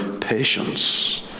Patience